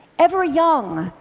ever-young.